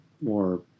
more